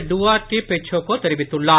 Duarte Pacheco தெரிவித்துள்ளார்